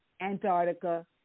Antarctica